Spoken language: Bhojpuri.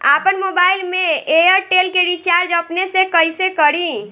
आपन मोबाइल में एयरटेल के रिचार्ज अपने से कइसे करि?